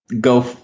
go